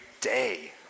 day